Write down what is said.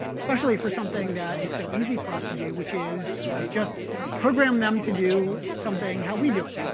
especially for something that is so easy for us to do, which is just program them to do something how we do it